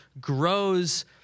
grows